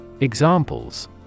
Examples